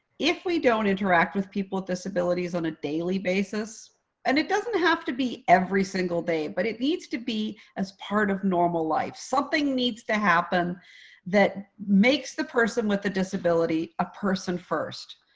if we don't interact with people with disabilities on a daily basis and it doesn't have to be every single day, but it needs to be as part of normal life. something needs to happen that makes the person with a disability a person first.